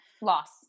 Loss